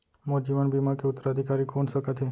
मोर जीवन बीमा के उत्तराधिकारी कोन सकत हे?